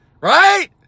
Right